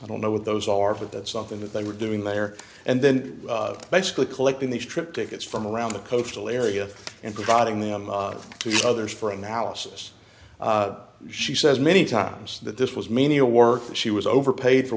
i don't know what those are for that's something that they were doing there and then basically collecting these trip tickets from around the coastal area and providing them to others for analysis she says many times that this was menial work and she was overpaid for